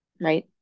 Right